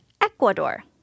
Ecuador